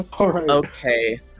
Okay